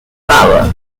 power